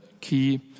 key